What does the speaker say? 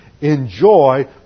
enjoy